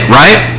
right